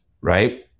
right